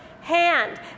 hand